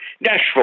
Nashville